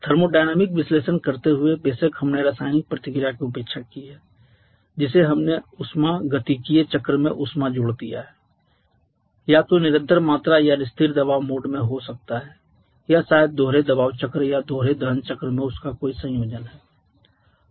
thermodynamic विश्लेषण करते हुए बेशक हमने रासायनिक प्रतिक्रिया की उपेक्षा की है जिसे हमने ऊष्मागतिकीय चक्र में ऊष्मा जोड़ दिया है या तो निरंतर मात्रा या स्थिर दबाव मोड में हो सकता है या शायद दोहरे दबाव चक्र या दोहरे दहन चक्र में उनका कोई संयोजन है